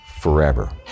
forever